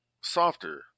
softer